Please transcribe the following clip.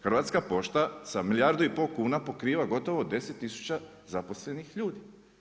Hrvatska pošta sa milijardu i pol kuna pokriva gotovo 10000 zaposlenih ljudi.